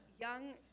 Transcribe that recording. young